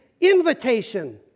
invitation